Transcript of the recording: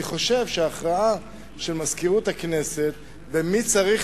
אני חושב שההכרעה של מזכירות הכנסת מי צריך